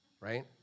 right